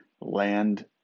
land